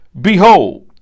Behold